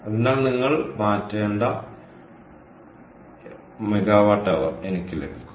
അതിനാൽ നിങ്ങൾ മാറ്റേണ്ട MWH എനിക്ക് ലഭിക്കും